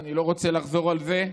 ואני לא רוצה לחזור על זה: